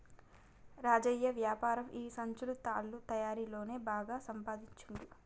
రాజయ్య వ్యాపారం ఈ సంచులు తాళ్ల తయారీ తోనే బాగా సంపాదించుండు